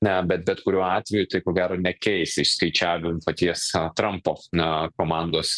ne bet bet kuriuo atveju tai ko gero nekeis išskaičiavim paties trampo na komandos